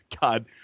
God